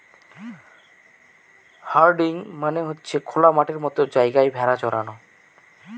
herding মানে হচ্ছে খোলা মাঠের মতো জায়গায় ভেড়া চরানো